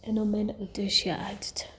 એનો મેન ઉદ્દેશ્ય આ જ છે